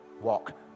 walk